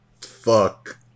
Fuck